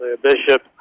Bishop